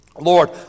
Lord